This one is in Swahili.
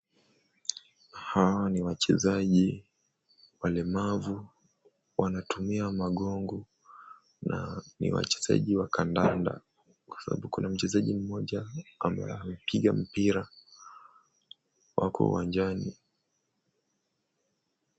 Hawa ni wachezaji walemavu, wanatumia magongo, na ni wachezaji wa kandanda kwa sababu kuna mchezaji mmoja amepiga mpira, wako uwanjani.